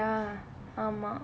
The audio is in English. ah ya ஆமா:aamaa